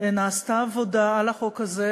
נעשתה עבודה על החוק הזה,